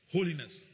Holiness